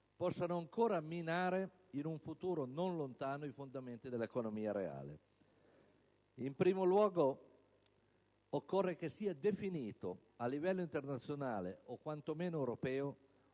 possano ancora minare, in un futuro non lontano, i fondamenti dell'economia reale. In primo luogo, occorre che sia definito, a livello internazionale o quanto meno europeo,